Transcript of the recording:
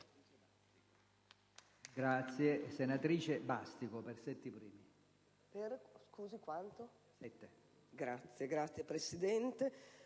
Grazie